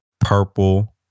purple